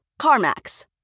CarMax